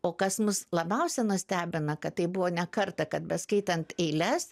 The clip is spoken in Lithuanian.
o kas mus labiausia nustebina kad tai buvo ne kartą kad beskaitant eiles